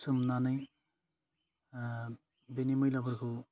सोमनानै ओह बेनि मैलाफोरखौ